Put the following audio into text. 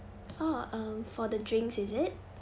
oh um for the drinks is it